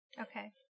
Okay